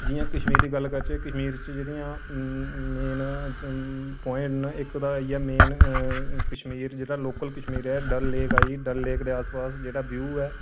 जियां कश्मीर दी गल्ल करचै कश्मीर च जेह्ड़ियां मेन पाईंट न इक ते आई गेआ मेन कश्मीर जेह्ड़ा लोकल कश्मीर ऐ डल लेक आई गेई डल लेक दे आसपास जेह्ड़ा वियू ऐ